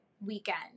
weekend